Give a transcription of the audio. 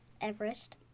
Everest